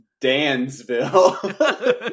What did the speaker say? Dansville